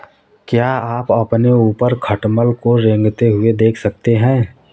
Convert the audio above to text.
क्या आप अपने ऊपर खटमल को रेंगते हुए देख सकते हैं?